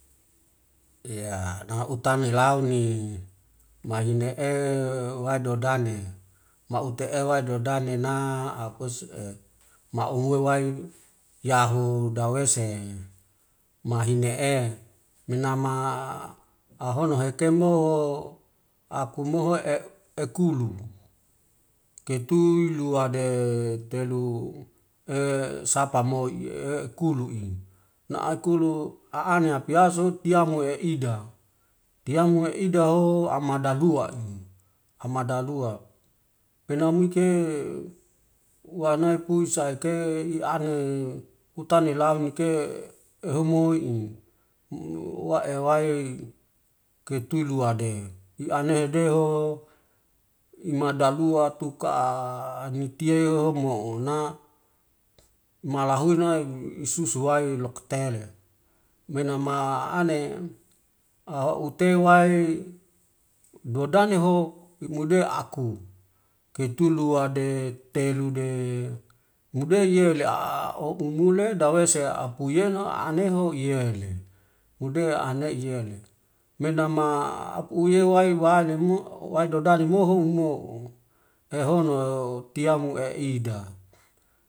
nama utane deiyane akuse ma ma hiya ema hiya ehoe dawese mahia ewai waile dawesema opie wai yahu, ma iya ma holo yahu na tuka ma opietuka ketu luade telu ekeo iyele dawese ma ane. Nama mahono akemo mo eihomo eselu kai tia penamuke wai waineu sihonu eneuna siuounu yawawade sipunu mayanede yakalede semu mudesi yae siaewai dodane si ute'e wai dodane dawese sihia ela dawese sipu yena si na ewai wai yaho, sihono yahu inaama dawesisi asalese tue, ntuka ketui lua detelu ho iyeleka nude iyele. Mahono ekemo ma ane homo waite moitetu patade sepu mahonu makaitia penamui tukade sihonu heke naiyanede, mayanede itani teu sepuasi hono hai ike.